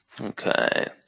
Okay